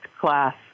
class